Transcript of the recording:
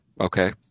Okay